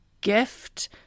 gift